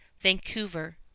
Vancouver